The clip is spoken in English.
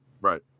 right